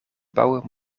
bouwen